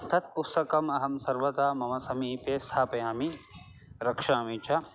तत् पुस्तकम् अहं सर्वदा मम समीपे स्थापयामि रक्षामि च